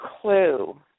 clue